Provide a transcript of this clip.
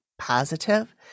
positive